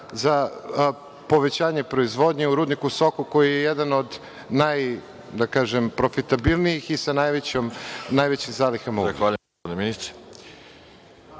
za povećanje proizvodnje u rudniku „Soko“ koji je jedan od najprofitabilnijih i sa najvećim zalihama uglja.